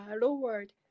lowered